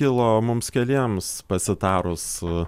kilo mums keliems pasitarus